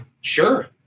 Sure